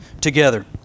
together